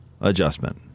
adjustment